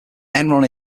enron